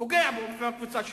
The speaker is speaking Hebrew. פוגע בו ובקבוצה שלו.